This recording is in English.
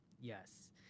yes